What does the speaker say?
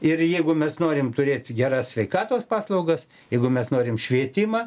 ir jeigu mes norim turėti geras sveikatos paslaugas jeigu mes norim švietimą